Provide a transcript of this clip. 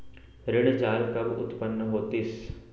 ऋण जाल कब उत्पन्न होतिस?